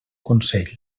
consell